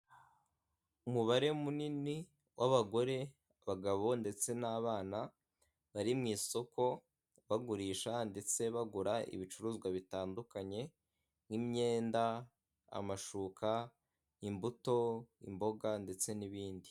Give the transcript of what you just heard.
Umubare munini w'abagore, abagabo ndetse n'abana bari mu isoko bagurisha ndetse bagura ibicuruzwa bitandukanye nk'imyenda, amashuka, imbuto, imboga ndetse n'ibindi.